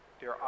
dear